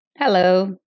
Hello